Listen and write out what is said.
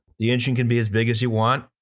the engine can be as big as you want.